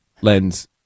lens